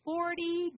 Forty